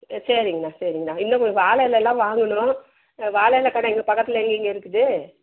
சரிங்ண்ணா சரிங்ண்ணா இன்னும் கொஞ்சம் வாழை இலல்லாம் வாங்கணும் வாழை இல கடை இங்கே பக்கத்தில் எங்கேங்க இருக்குது